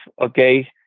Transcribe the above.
Okay